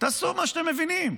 תעשו מה שאתם מבינים.